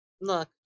Look